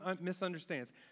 misunderstands